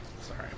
Sorry